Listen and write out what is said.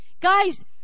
Guys